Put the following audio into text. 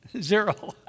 zero